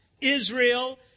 Israel